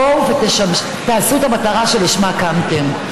בואו ותממשו את המטרה שלשמה קמתם.